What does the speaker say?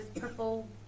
purple